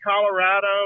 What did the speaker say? Colorado